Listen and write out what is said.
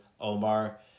Omar